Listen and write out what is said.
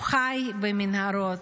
שהוא חי במנהרות.